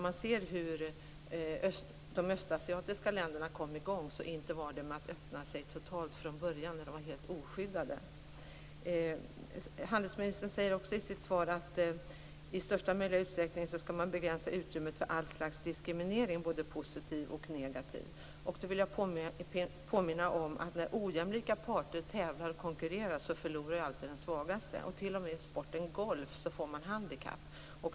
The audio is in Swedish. Att de östasiatiska länderna kom i gång berodde ju inte på att de öppnade sig totalt från början när de var helt oskyddade. Handelsministern säger också i sitt svar att man i största möjliga utsträckning skall begränsa utrymmet för all slags diskriminering, både positiv och negativ. Då vill påminna om att när ojämlika parter tävlar och konkurrerar förlorar ju alltid den svagaste. T.o.m. i sporten golf får man handikapp.